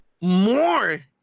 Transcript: More